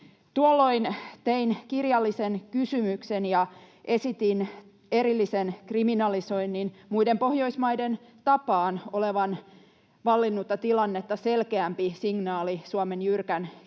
Tuolloin tein kirjallisen kysymyksen ja esitin erillisen kriminalisoinnin — muiden Pohjoismaiden tapaan — olevan vallinnutta tilannetta selkeämpi signaali Suomen jyrkän kielteisestä